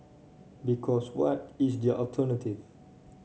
because what is their alternative